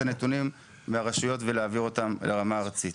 הנתונים מהרשויות ולהעביר אותם לרמה הארצית.